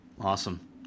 Awesome